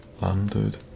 landed